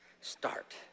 start